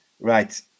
Right